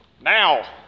Now